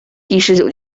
第十九